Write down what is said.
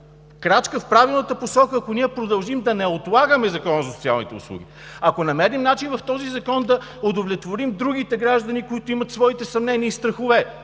Крачка в правилната посока е, ако ние продължим да не отлагаме Закона за социалните услуги, ако намерим начин в този закон да удовлетворим другите граждани, които имат своите съмнения и страхове.